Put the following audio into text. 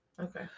Okay